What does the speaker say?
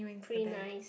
pretty nice